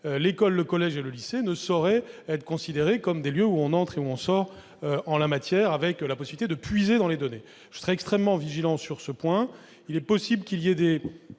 l'école, le collège et le lycée ne sauraient être considérés comme des lieux d'entrée et de sortie en la matière, avec la possibilité de puiser dans les données ; je serai extrêmement vigilant sur ce point. Il est possible que des